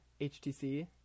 HTC